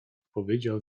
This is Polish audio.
odpowiedział